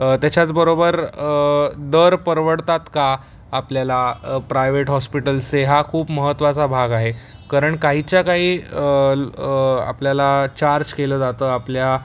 त्याच्याच बरोबर दर परवडतात का आपल्याला प्रायवेट हॉस्पिटल्सचे हा खूप महत्त्वाचा भाग आहे कारण काहीच्या काही आपल्याला चार्ज केलं जातं आपल्या